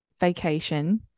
Vacation